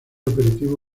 aperitivo